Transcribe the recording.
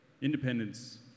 independence